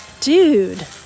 dude